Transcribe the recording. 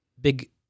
big